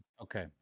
okay